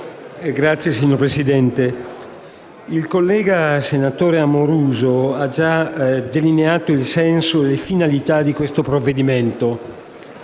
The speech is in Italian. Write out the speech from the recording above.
*relatore*. Signor Presidente, il collega, senatore Amoruso, ha già delineato il senso e le finalità di questo provvedimento,